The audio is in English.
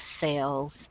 sales